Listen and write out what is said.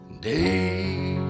Day